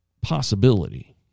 possibility